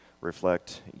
reflect